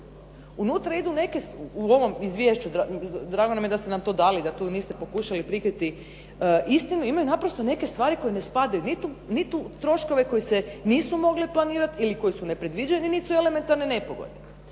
unutra idu neke, u ovoj izvješću, drago nam je da ste nam to dali i da tu niste pokušali prikriti istinu ima i naprosto neke stvari koje ne spadaju, ni troškove koji se nisu mogli planirati ili koji su nepredviđeni nisu elementarne nepogode.